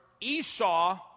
Esau